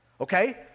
Okay